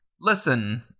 Listen